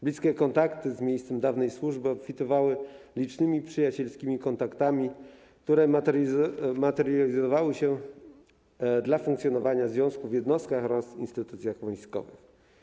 Bliskie kontakty z miejscem dawnej służby obfitowały licznymi przyjacielskimi kontaktami, które materializowały się dla funkcjonowania związku w jednostkach oraz instytucjach wojskowych.